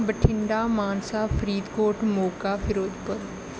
Bathinda Mansa Faridkot Moga Firozpur